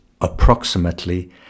approximately